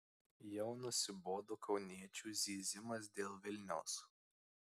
jau nusibodo kauniečių zyzimas dėl vilniaus